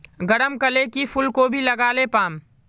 गरम कले की फूलकोबी लगाले पाम?